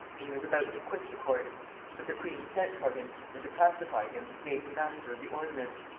that he was about to quit the court but the queen sent for him, and, to pacify him, made him master of the ordnance.